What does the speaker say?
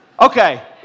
Okay